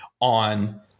on